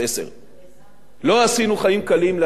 לא עשינו חיים קלים לאנשי הערוץ, אני מודה בזה.